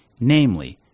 namely